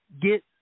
Get